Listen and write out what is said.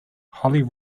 holy